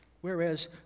whereas